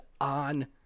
on